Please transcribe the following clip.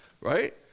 right